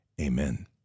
amen